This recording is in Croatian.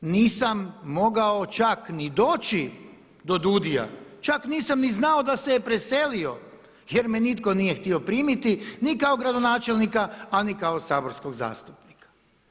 Nisam mogao čak ni doći do DUUDI-a, čak nisam ni znao da se preselio jer me nitko nije htio primiti ni kao gradonačelnika a ni kao saborskog zastupnika.